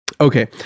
okay